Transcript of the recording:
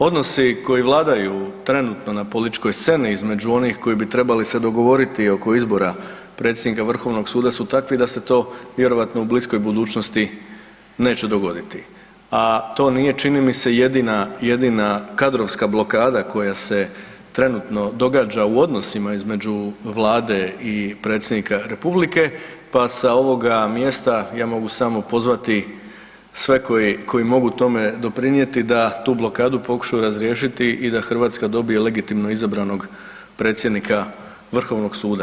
Odnosi koji vladaju trenutno na političkoj sceni između onih koji bi trebali se dogovoriti oko izbora predsjednika Vrhovnog suda su takvi da se to vjerojatno u bliskoj budućnosti neće dogoditi, a to nije čini mi se jedina kadrovska blokada koja se trenutno događa u odnosima između Vlade i Predsjednika Republike, pa sa ovoga mjesta ja mogu samo pozvati sve koji mogu tome doprinijeti da tu blokadu pokušaju razriješiti i da Hrvatska dobije legitimno izabranog predsjednika Vrhovnog suda.